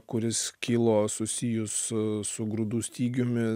kuris kilo susijus su grūdų stygiumi